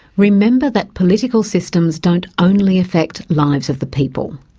remember that political systems don't only affect lives of the people.